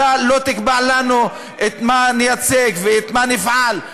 אתה לא תקבע לנו את מה נייצג ובמה נפעל.